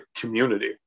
community